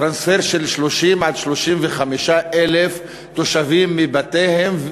טרנספר של 30,000 עד 35,000 תושבים מבתיהם.